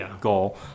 goal